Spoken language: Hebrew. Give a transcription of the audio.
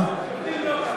אצל שופטים זה לא ככה.